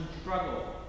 struggle